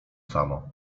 samo